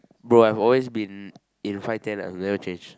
bro I've always been in five ten I've never changed